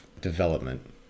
development